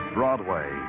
Broadway